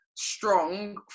strong